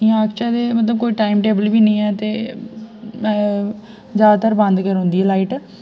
आखचै के कोई उं'दा टाइम टेबल गै निं ऐ ते जादातर बंद गै रौहंदी ऐ लाइट